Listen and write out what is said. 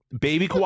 baby